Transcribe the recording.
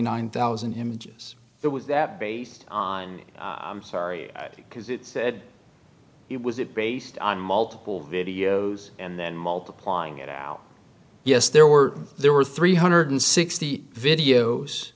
nine thousand dollars images that was that based on i'm sorry because it said it was it based on multiple videos and then multiplying it out yes there were there were three hundred and sixty videos